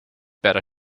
better